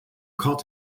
caught